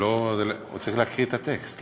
הוא צריך להקריא את הטקסט,